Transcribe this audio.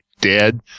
dead